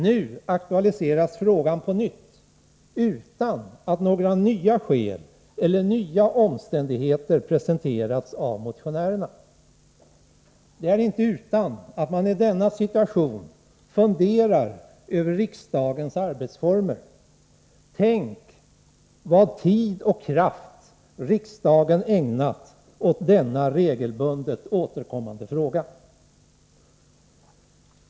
Nu aktualiseras frågan på nytt utan att några nya skäl eller nya omständigheter har presenterats av motionärerna. Det är inte utan att man i denna situation funderar över riksdagens arbetsformer. Tänk vad tid och kraft riksdagen ägnat åt denna regelbundet återkommande fråga!